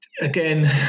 again